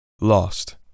Lost